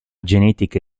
genetica